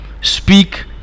Speak